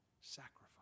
sacrifice